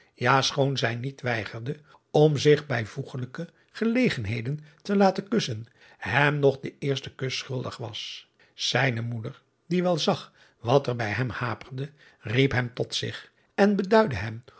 ja schoon zij niet weigerde om zich bij voegelijke gelegenheden te laten kussen hem nog den eersten kusschuldig was ijne moeder die wel zag wat er bij hem haperde riep hem tot zich en beduidde hem